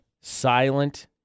Silent